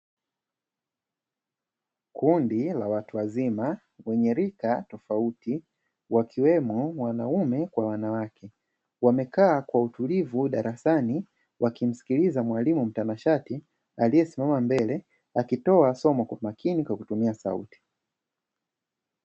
Kundi la watu wazima wenye rika tofauti wakiwemo wanaume kwa wanawake wamekaa kwa utulivu darasani, wakimsikiliza mwalimu mtanashati aliyesimama mbele akitoa soma kwa makini kwa kutumia sauti.